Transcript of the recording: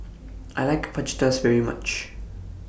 I like Fajitas very much